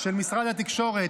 של משרד התקשורת,